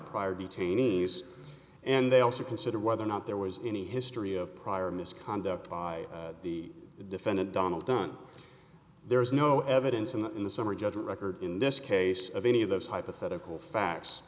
prior detainees and they also consider whether or not there was any history of prior misconduct by the defendant donald done there is no evidence of that in the summary judgment record in this case of any of those hypothetical facts